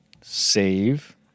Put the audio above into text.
Save